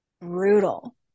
brutal